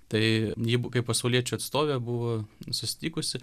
tai ji kaip pasauliečių atstovė buvo susitikusi